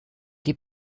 die